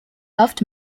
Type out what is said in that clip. loved